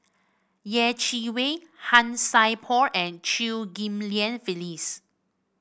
Yeh Chi Wei Han Sai Por and Chew Ghim Lian Phyllis